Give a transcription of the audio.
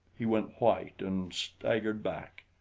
he went white and staggered back.